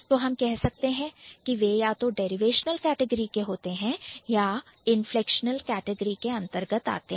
तो हम कह सकते हैं कि वह या तो डेरिवेशनल कैटेगरी के होते हैं या इनफ्लेक्शनल कैटेगरी के होते हैं